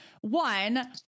one